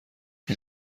این